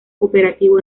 cooperativo